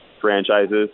franchises